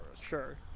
Sure